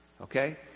okay